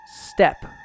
step